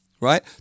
right